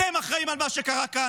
אתם אחראים למה שקרה כאן.